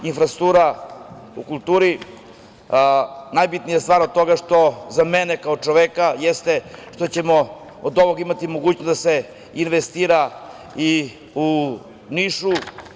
Infrastruktura u kulturi, najbitnija stvar od toga što, za mene kao čoveka, jeste što ćemo od ovog imati mogućnost da se investira i u Nišu.